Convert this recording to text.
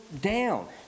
down